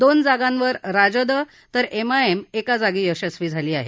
दोन जागांवर राजद तर एमआयएम एका जागी यशस्वी झाले आहेत